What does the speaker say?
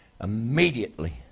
immediately